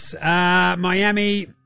Miami